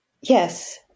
Yes